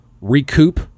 recoup